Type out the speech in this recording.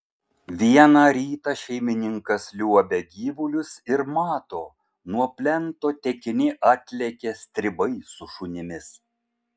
vieną rytą šeimininkas liuobia gyvulius ir mato nuo plento tekini atlekia stribai su šunimis